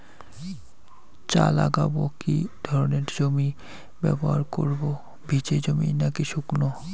চা লাগাবো কি ধরনের জমি ব্যবহার করব ভিজে জমি নাকি শুকনো?